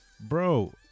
Bro